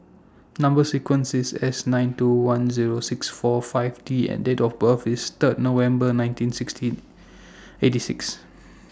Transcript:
Number sequence IS S nine two one Zero six four five T and Date of birth IS Third November nineteen sixteen eighty six